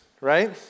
right